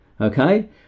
Okay